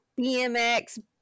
BMX